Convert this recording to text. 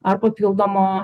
ar papildomo